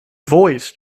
voice